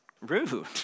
rude